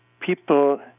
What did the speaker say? people